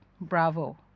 Bravo